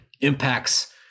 impacts –